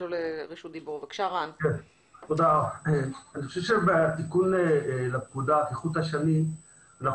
אני חושב שבתיקון לפקודה כחוט השני אנחנו